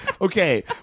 Okay